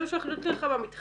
זה מה שהולך להיות לך במתחם?